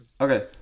Okay